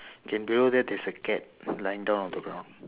okay below there there's a cat lying down on the ground